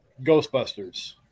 Ghostbusters